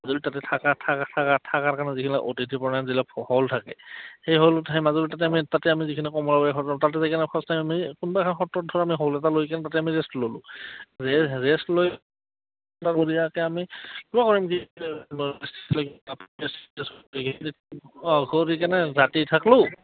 মাজুলীত তাতে থকা থকা থকা থকাৰ কাৰণে যিখিনি অতিথি প্ৰণায়ন যিবিলাক হল থাকে সেই হলত সেই মাজুলীত আমি তাতে আমিখিনি তাতে যাই কেনে ফাৰ্ষ্ট টাইম কোনোবাখন সত্ৰত ধৰ আমি হল এটা লৈ কেনে তাতে আমি ৰেষ্ট ল'লোঁ ৰে ৰেষ্ট লৈ বঢ়িয়াকৈ আমি কিবা কৰিম অঁ কৰি কেনে ৰাতি থাকিলোঁ